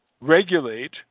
regulate